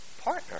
partner